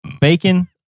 Bacon